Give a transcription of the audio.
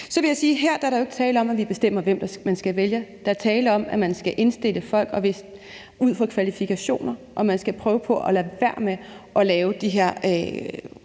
her er der jo ikke tale om, at vi bestemmer, hvem man skal vælge; der er tale om, at man skal indstille folk ud fra kvalifikationer, og man skal prøve på at lade være med at risikere